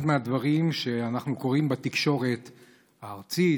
אחד הדברים שאנחנו קוראים בתקשורת הארצית,